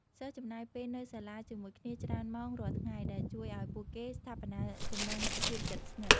សិស្សចំណាយពេលនៅសាលាជាមួយគ្នាច្រើនម៉ោងរាល់ថ្ងៃ ដែលជួយឲ្យពួកគេស្ថាបនាចំណងមិត្តភាពជិតស្និទ្ធ។